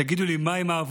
תגידו לי, מה עם העבודה?